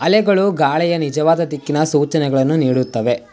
ಅಲೆಗಳು ಗಾಳಿಯ ನಿಜವಾದ ದಿಕ್ಕಿನ ಸೂಚನೆಗಳನ್ನು ನೀಡುತ್ತವೆ